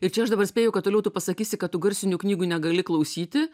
ir čia aš dabar spėju kad toliau tu pasakysi kad tu garsinių knygų negali klausyti